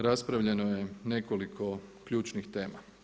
Raspravljeno je nekoliko ključnih tema.